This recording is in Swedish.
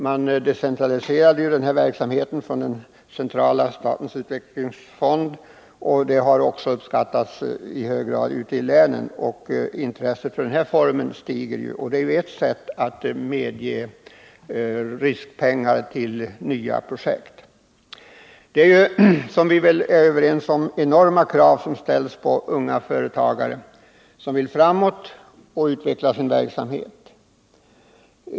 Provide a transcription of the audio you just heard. Man decentraliserade ju den här verksamheten från statens utvecklingsfond. Det har uppskattats i hög grad ute i länen, och intresset för denna form av lån stiger. Det är ju ett sätt att tillhandahålla riskpengar till nya projekt. Vi är väl överens om att det är enorma krav som ställs på unga företagare som vill framåt och som vill utveckla sin verksamhet.